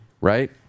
right